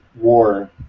war